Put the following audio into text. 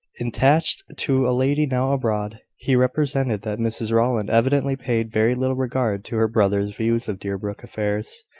attached to a lady now abroad. he represented that mrs rowland evidently paid very little regard to her brother's views of deerbrook affairs,